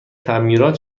تعمیرات